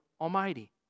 Almighty